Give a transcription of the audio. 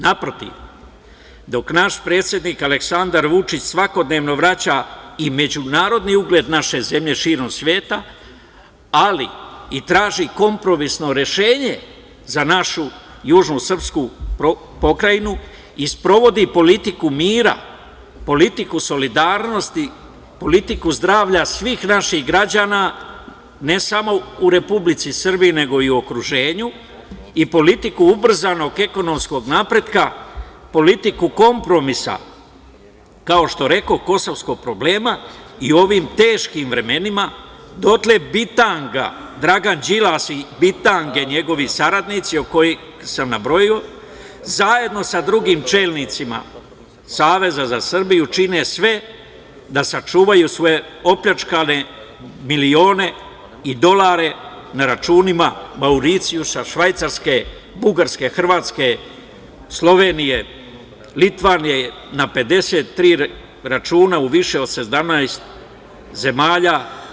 Naprotiv, dok naš predsednik Aleksandar Vučić, svakodnevno vraća i međunarodni ugled naše zemlje, širom sveta, ali i traži kompromisno rešenje za našu južnu srpsku pokrajinu i sprovodi politiku mira, politiku solidarnosti, politiku zdravlja svih naših građana ne samo u Republici Srbiji, nego i u okruženju, i politiku ubrzanog ekonomskog napretka, politiku kompromisa, kao što rekoh kosovskog problema i u ovim teškim vremenima, dotle bitanga Dragan Đilas, i bitange njegovi saradnici, koje sam nabrojio, zajedno sa drugim čelnicima Saveza za Srbiju čine sve da sačuvaju svoje opljačkane milione i dolare na računima Mauricijusa, Švajcarske, Bugarske, Hrvatske, Slovenije, Litvanije, na 53 računa u više od 17 zemalja.